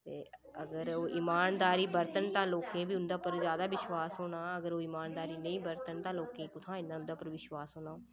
ते अगर ओह् ईमानदारी बरतन तां लोकें बी उं'दे उप्पर ज्यादा विश्वास होना अगर ओह् ईमानदारी नेईं बरतन तां लोकें गी कुत्थां इ'न्ना उ'न्दे पर विश्वास होना